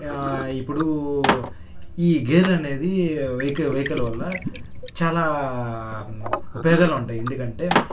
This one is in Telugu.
ఇప్పుడు ఈ గేర్లు అనేది వెహిక వెహికల్ వల్ల చాలా ఉపయోగాలు ఉంటాయి ఎందుకంటే